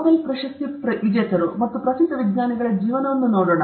Nobel ಪ್ರಶಸ್ತಿ ವಿಜೇತರು ಮತ್ತು ಪ್ರಸಿದ್ಧ ವಿಜ್ಞಾನಿಗಳ ಜೀವನವನ್ನು ನೋಡೋಣ